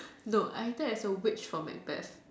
no I acted as a witch from Macbeth